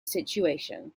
situation